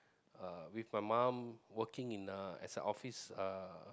uh with my mum working in a as a office uh